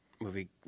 movie